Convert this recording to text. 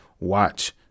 watch